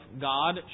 God